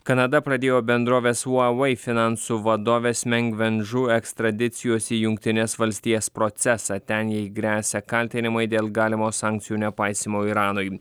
kanada pradėjo bendrovės uavai finansų vadovės meng ven žu ekstradicijos į jungtines valstijas procesą ten jai gresia kaltinimai dėl galimo sankcijų nepaisymo iranui